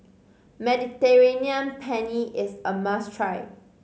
Mediterranean Penne is a must try